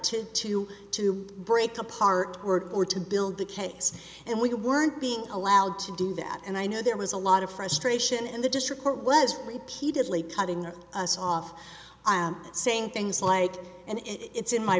to to to break apart or to build the case and we weren't being allowed to do that and i know there was a lot of frustration and the district was repeatedly cutting us off i am saying things like and it's in my